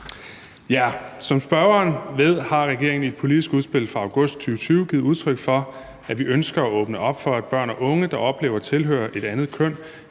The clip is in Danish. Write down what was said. Som spørgeren ved, har regeringen i et politisk udspil fra august 2020 givet udtryk for, at vi ønsker at åbne op for, at børn og unge, der oplever at tilhøre et andet køn,